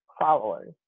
followers